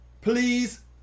please